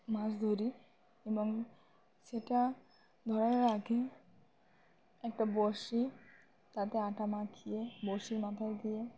মাছ ধরি এবং সেটা ধরার আগে একটা বড়শি তাতে আটা মাখিয়ে বড়শির মাথায় দিয়ে